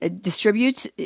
distributes